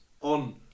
On